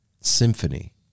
symphony